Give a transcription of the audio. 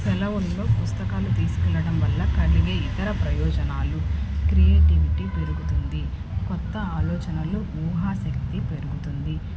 సెలవుల్లో పుస్తకాలు తీసుకెళ్ళడం వల్ల కలిగే ఇతర ప్రయోజనాలు క్రియేటివిటీ పెరుగుతుంది కొత్త ఆలోచనలు ఊహా శక్తి పెరుగుతుంది